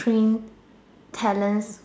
bring talents